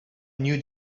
new